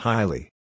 Highly